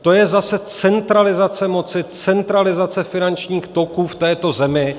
To je zase centralizace moci, centralizace finančních toků v této zemi.